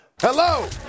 Hello